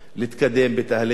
כדי להביא שלום